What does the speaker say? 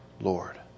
Lord